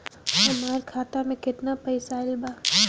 हमार खाता मे केतना पईसा आइल बा?